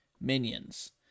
minions